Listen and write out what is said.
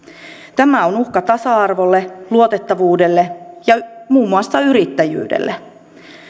tämä on uhka tasa arvolle luotettavuudelle ja muun muassa yrittäjyydelle